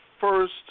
first